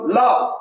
love